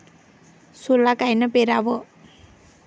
सोला कायनं पेराव?